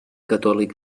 catòlic